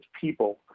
people